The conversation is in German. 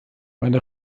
meine